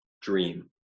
dream